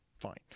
Fine